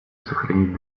сохранить